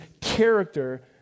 character